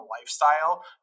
lifestyle